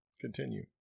Continue